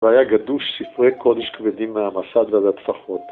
והיה גדוש ספרי קודש כבדים מהמסד עד הטפחות.